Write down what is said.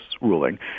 ruling